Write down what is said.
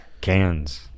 cans